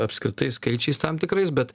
apskritai skaičiais tam tikrais bet